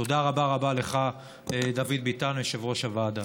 תודה רבה רבה רבה לך, דוד ביטן, יושב-ראש הוועדה.